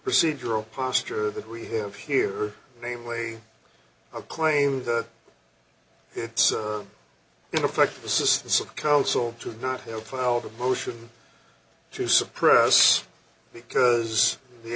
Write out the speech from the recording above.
procedural posture that we have here namely a claim that it's in effect assistance of counsel to not have filed a motion to suppress because the